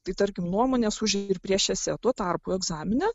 tai tarkim nuomonės už ir prieš esė tuo tarpu egzamine